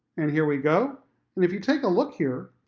and here we go if you take a look here.